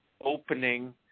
opening